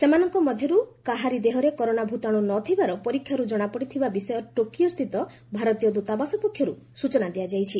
ସେମାନଙ୍କ ମଧ୍ୟର୍ କାହାରି ଦେହରେ କରୋନା ଭ୍ତାଣ୍ର ନ ଥିବାର ପରୀକ୍ଷାର୍ ଜଣାପଡ଼ିଥିବା ବିଷୟ ଟୋକିଓସ୍ତିତ ଭାରତୀୟ ଦ୍ୱତାବାସ ପକ୍ଷରୁ ସ୍ବଚନା ଦିଆଯାଇଛି